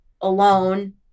alone